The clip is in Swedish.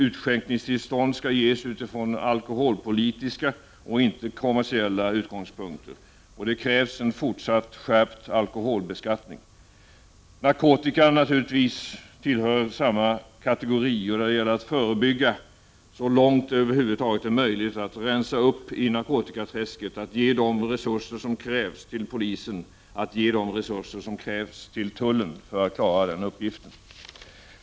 Utskänkningstillstånd skall ges utifrån alkoholpolitiska och inte kommersiella utgångspunkter, och det krävs en fortsatt skärpt alkoholbeskattning. Narkotikan tillhör naturligtvis samma kategori. Det gäller att förebygga så långt det över huvud taget är möjligt, att rensa upp i narkotikaträsket, att ge de resurser som krävs till polisen, att ge de resurser som krävs till tullen för att klara den uppgiften.